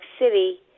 City